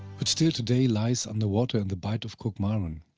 which still today lies underwater in the bight of kuggmaren,